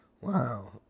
Wow